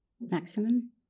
maximum